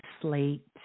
slate